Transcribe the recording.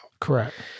Correct